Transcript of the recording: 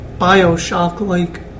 Bioshock-like